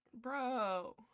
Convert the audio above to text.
Bro